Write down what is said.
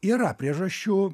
yra priežasčių